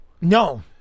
No